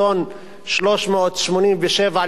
387 לפני הספירה,